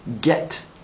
Get